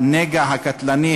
וסטטיסטיקה,